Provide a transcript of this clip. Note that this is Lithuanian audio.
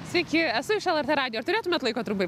sveiki esu iš lrt radijo ar turėtumėt laiko trumpai